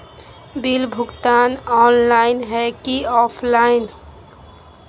Bill भुगतान online है की ऑफलाइन?